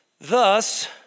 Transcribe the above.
Thus